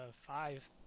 five